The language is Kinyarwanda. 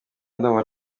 ndumva